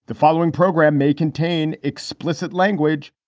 the following program may contain explicit language